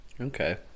Okay